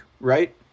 right